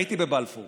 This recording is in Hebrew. הייתי בבלפור